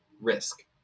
risk